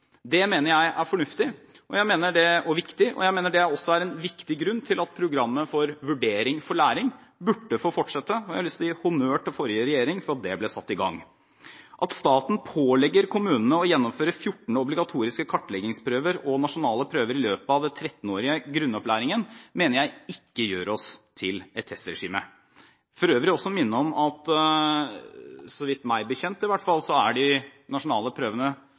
Det mener jeg er fornuftig og viktig, og jeg mener det også er en viktig grunn til at programmet Vurdering for læring burde få fortsette. Jeg har lyst til å gi honnør til forrige regjering for at det ble satt i gang. At staten pålegger kommunene å gjennomføre 14 obligatoriske kartleggingsprøver og nasjonale prøver i løpet av den 13-årige grunnopplæringen, mener jeg ikke gjør oss til et testregime. Jeg vil for øvrig minne om at så vidt jeg vet, er de nasjonale prøvene ikke utvalgsprøver. De ble beholdt – i litt endret form og litt endret antall, men de